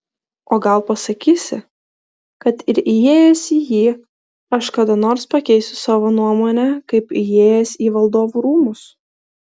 o gal pasakysi kad ir įėjęs į jį aš kada nors pakeisiu savo nuomonę kaip įėjęs į valdovų rūmus